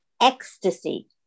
ecstasy